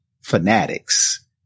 fanatics